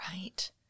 Right